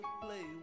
play